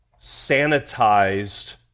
sanitized